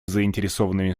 заинтересованными